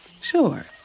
Sure